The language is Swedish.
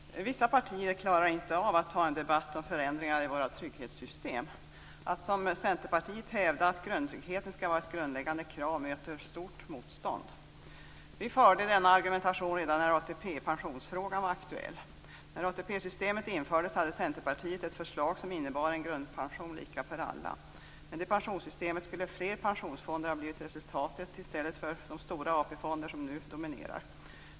Fru talman! Vissa partier klarar inte att ta upp en debatt om förändringar i våra trygghetssystem. Centerpartiets hävdande av att grundtrygghet skall vara ett grundläggande krav möter stort motstånd. Vi förde en sådan argumentation redan när ATP-frågan var aktuell. När ATP-systemet infördes hade Centerpartiet ett förslag som innebar en grundpension lika för alla. Ett resultat av det pensionssystemet skulle ha blivit fler pensionsfonder, i stället för de stora AP fonder som nu dominerar.